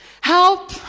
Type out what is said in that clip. Help